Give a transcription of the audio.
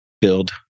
build